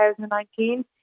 2019